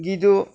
ꯒꯤꯗꯨ